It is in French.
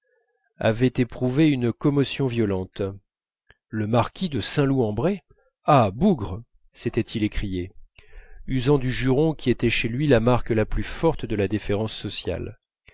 avait éprouvé une commotion violente le marquis de saint loup en bray ah bougre s'était-il écrié usant du juron qui était chez lui la marque la plus forte de la déférence sociale